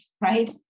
right